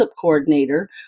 coordinator